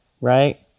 right